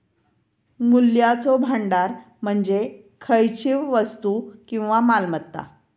मूल्याचो भांडार म्हणजे खयचीव वस्तू किंवा मालमत्ता